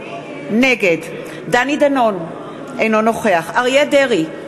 נגד דני דנון, אינו נוכח אריה דרעי,